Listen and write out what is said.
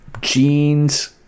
jeans